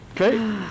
Okay